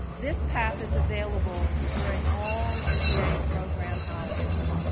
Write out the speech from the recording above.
this path is available during all ga program hours.